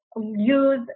use